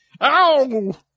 Ow